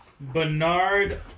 Bernard